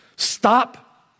Stop